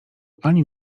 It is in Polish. ani